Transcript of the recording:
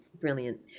Brilliant